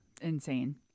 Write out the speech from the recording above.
insane